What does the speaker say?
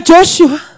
Joshua